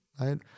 right